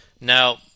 Now